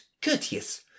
courteous